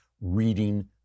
reading